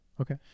Okay